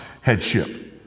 headship